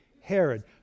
Herod